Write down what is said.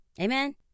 Amen